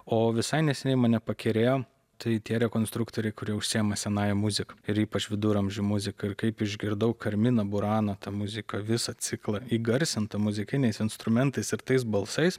o visai neseniai mane pakerėjo tai tie konstruktoriai kurie užsiima senąja muzika ir ypač viduramžių muzika ir kaip išgirdau karmina burana ta muzika visą ciklą įgarsinta muzikiniais instrumentais ir tais balsais